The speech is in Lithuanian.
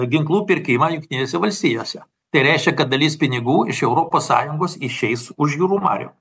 ginklų pirkimą jungtinėse valstijose tai reiškia kad dalis pinigų iš europos sąjungos išeis už jūrų marių